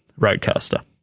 Roadcaster